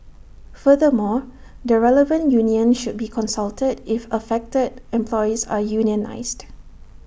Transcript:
furthermore the relevant union should be consulted if affected employees are unionised